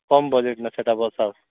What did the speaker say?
କମ ବଜେଟ୍ ନା ସେଇଟା ବସା ହବ